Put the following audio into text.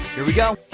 here we go.